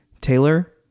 Taylor